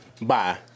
bye